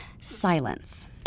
silence